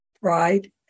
pride